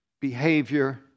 behavior